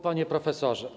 Panie Profesorze!